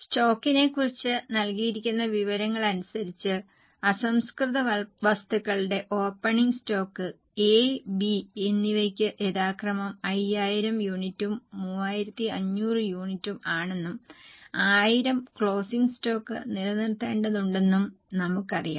സ്റ്റോക്കിനെക്കുറിച്ച് നൽകിയിരിക്കുന്ന വിവരങ്ങളനുസരിച്ചു അസംസ്കൃത വസ്തുക്കളുടെ ഓപ്പണിംഗ് സ്റ്റോക്ക് എ ബി എന്നിവയ്ക്ക് യഥാക്രമം 5000 യൂണിറ്റും 3500 യൂണിറ്റും ആണെന്നും 1000 ക്ലോസിംഗ് സ്റ്റോക്ക് നിലനിർത്തേണ്ടതുണ്ടെന്നും നമുക്കറിയാം